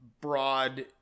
broad